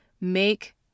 make